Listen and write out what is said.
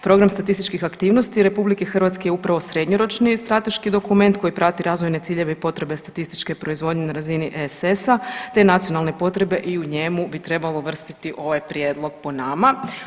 Program statističkih aktivnosti RH je upravo srednjoročni strateški dokument koji prati razvojne ciljeve i potrebe statističke proizvodnje na razini ESS-a te nacionalne potrebe i u njemu bi trebalo uvrstiti ovaj prijedlog po nama.